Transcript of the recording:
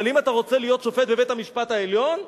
אבל אם אתה רוצה להיות שופט בבית-המשפט העליון,